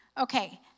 Okay